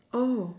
oh